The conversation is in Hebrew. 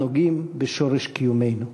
הנוגעים בשורש קיומנו.